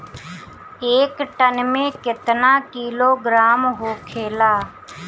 एक टन मे केतना किलोग्राम होखेला?